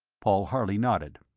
paul harley nodded.